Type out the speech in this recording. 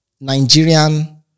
Nigerian